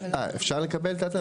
אה, אפשר לקבל את ההצעה?